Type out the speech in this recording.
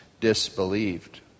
disbelieved